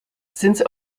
since